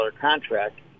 contract